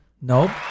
nope